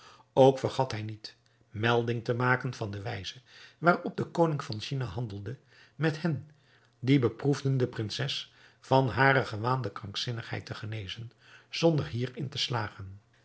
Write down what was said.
ook vergat hij niet melding te maken van de wijze waarop de koning van china handelde met hen die beproefden de prinses van hare gewaande krankzinnigheid te genezen zonder hierin te slagen